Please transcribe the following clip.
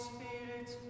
Spirit